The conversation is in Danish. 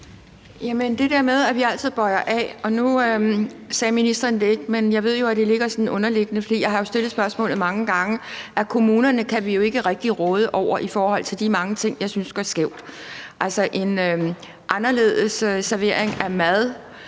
det der med, at vi altid bøjer af. Og nu sagde ministeren det ikke, men jeg ved, at det er der sådan underliggende, for jeg har jo stillet spørgsmålet mange gange, altså at kommunerne kan vi jo ikke rigtig råde over i forhold til de mange ting, jeg synes går skævt: en anderledes servering af mad,